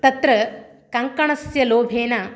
तत्र कङ्कणस्य लोभेन